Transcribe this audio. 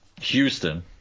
Houston